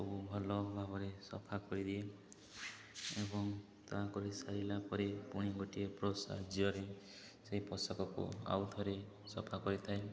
ସବୁ ଭଲ ଭାବରେ ସଫା କରିଦିଏ ଏବଂ ତା' କରି ସାରିଲା ପରେ ପୁଣି ଗୋଟିଏ ବ୍ରସ୍ ସାହାଯ୍ୟରେ ସେଇ ପୋଷାକକୁ ଆଉ ଥରେ ସଫା କରିଥାଏ